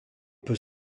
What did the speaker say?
peut